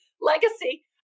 legacy